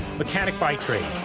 mechanic by trade.